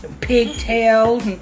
Pigtails